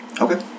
Okay